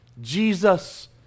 Jesus